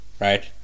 Right